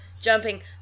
jumping